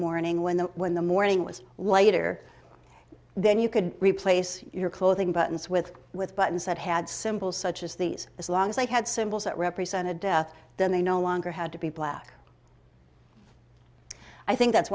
mourning when the when the morning was later then you could replace your clothing buttons with with buttons that had simple such as these as long as they had symbols that represented death then they no longer had to be black i think that's